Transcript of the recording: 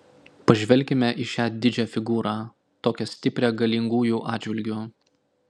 pažvelkime į šią didžią figūrą tokią stiprią galingųjų atžvilgiu